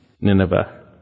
Nineveh